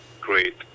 great